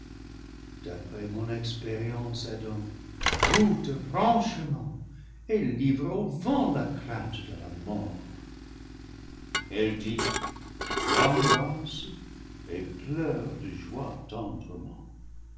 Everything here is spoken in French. d'après mon expérience adam goûte franchement et ce livre aux vents la crainte de la mort elle dit l'embrasse et pleure de joie tendrement